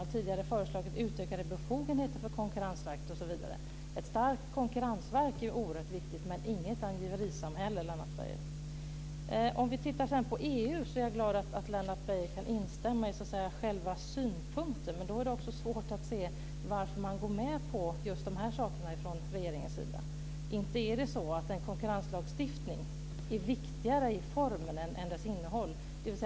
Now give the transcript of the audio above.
Vi har tidigare föreslagit utökade befogenheter för Konkurrensverket osv. Ett starkt konkurrensverk är oerhört viktigt men vi vill inte ha något angiverisamhälle, Lennart Beijer! Om vi sedan tittar på EU är jag glad att Lennart Beijer kan instämma i själva synpunkten. Men då är det också svårt att se varför man går med på de här sakerna från regeringens sida. Inte är det så att en konkurrenslagstiftning är viktigare till sin form än till sitt innehåll.